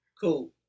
cool